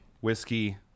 Whiskey